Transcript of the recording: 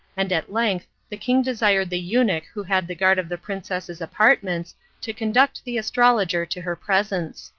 and at length the king desired the eunuch who had the guard of the princess's apartments to conduct the astrologer to her presence.